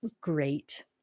great